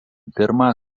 pirmą